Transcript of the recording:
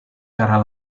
cara